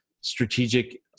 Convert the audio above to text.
strategic